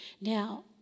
Now